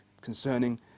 concerning